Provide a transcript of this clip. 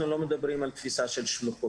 אנחנו לא מדברים על תפיסה של שלוחות,